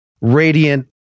radiant